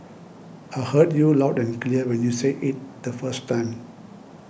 I heard you loud and clear when you said it the first time